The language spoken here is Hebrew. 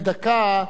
הוא העלה נושא,